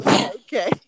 Okay